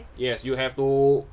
yes you have to